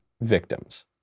victims